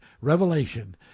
revelation